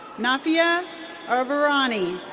nafia irvinuraini.